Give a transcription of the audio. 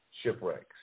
shipwrecks